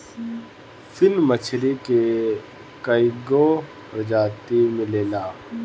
फिन मछरी के कईगो प्रजाति मिलेला